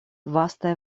vastaj